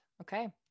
Okay